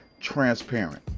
transparent